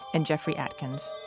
and jeffrey atkins